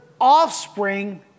offspring